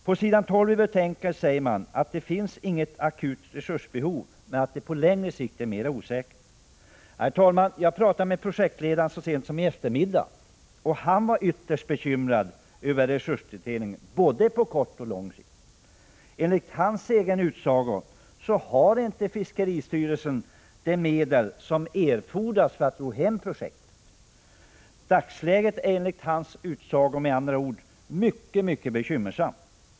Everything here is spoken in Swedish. På s. 12 i betänkandet sägs att det inte finns något akut resursbehov, men att det på längre sikt är mera osäkert. Herr talman! Jag talade med projektledaren så sent som i eftermiddags. Han var ytterst bekymrad över resurstilldelningen — både på kort och på lång sikt. Enligt hans utsago har inte fiskeristyrelsen de medel som erfordras för att projektet skall kunna ros hem. Dagsläget är med andra ord mycket bekymmersamt.